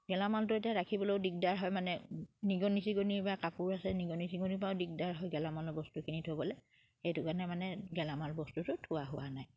গেলামানটো এতিয়া ৰাখিবলৈও দিগদাৰ হয় মানে নিগনি চিগনি বা কাপোৰ আছে নিগনি চিগনিৰ পৰাও দিগদাৰ হয় গেলামানৰ বস্তুখিনি থ'বলে সেইটো কাৰণে মানে গেলামাল বস্তুটো থোৱা হোৱা নাই